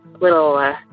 little